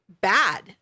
bad